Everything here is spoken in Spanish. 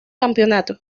campeonato